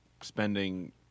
spending